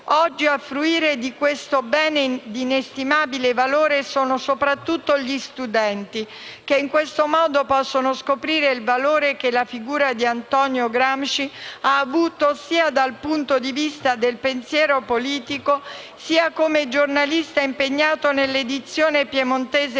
Oggi, a fruire di questo bene di inestimabile valore sono soprattutto gli studenti, che in questo modo possono scoprire il valore che la figura di Antonio Gramsci ha avuto, sia dal punto di vista del pensiero politico, sia come giornalista impegnato nell'edizione piemontese